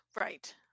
Right